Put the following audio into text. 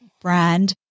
brand